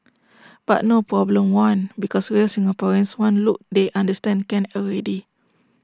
but no problem one because real Singaporeans one look they understand can already